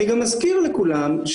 בסדר,